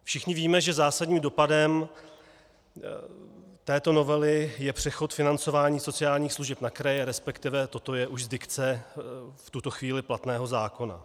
Všichni víme, že zásadním dopadem této novely je přechod financování sociálních služeb na kraje, respektive toto je už z dikce v tuto chvíli platného zákona.